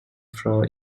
floor